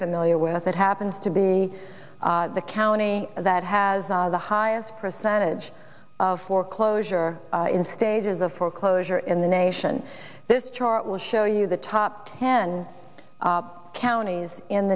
familiar with it happens to be the county that has the highest percentage of foreclosure in stages of foreclosure in the nation this chart will show you the top ten counties in